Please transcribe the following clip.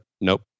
nope